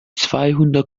zweihundert